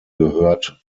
gehört